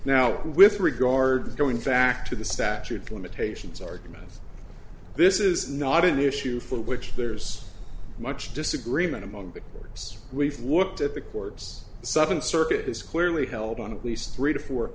now with regards going back to the statute of limitations argument this is not an issue for which there's much disagreement among the courts we've looked at the courts seventh circuit is clearly held on at least three to four